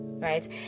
right